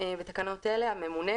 בתקנות אלה, "הממונה"